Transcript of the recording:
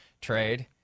trade